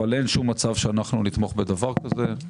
אבל אין שום אפשרות שאנחנו נתמוך בדבר הזה.